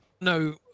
no